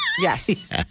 Yes